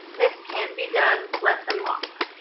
this can be done, let them walk.